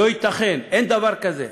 לא ייתכן, אין דבר כזה,